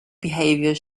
behaviour